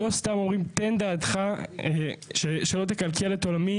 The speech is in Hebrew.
לא סתם אומרים תן דעתך, שלא תקלקל את עולמי.